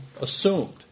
assumed